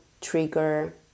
trigger